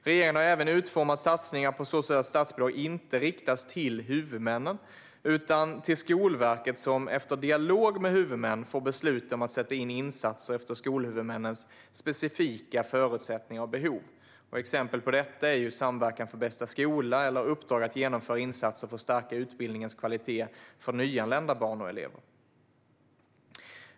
Regeringen har även utformat satsningar på så sätt att statsbidrag inte riktas till huvudmännen utan till Skolverket som, efter dialog med huvudmännen, får besluta att sätta in insatser efter skolhuvudmännens specifika förutsättningar och behov. Exempel på detta är Samverkan för bästa skola och Uppdrag att genomföra insatser för att stärka utbildningens kvalitet för nyanlända barn och elever.